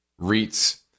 REITs